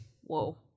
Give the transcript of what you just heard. Whoa